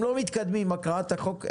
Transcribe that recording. -- אם לא מתקדמים עם הקראת החוק,